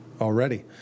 already